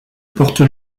portent